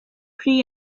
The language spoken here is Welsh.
rhy